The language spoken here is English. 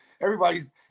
Everybody's –